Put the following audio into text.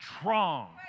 strong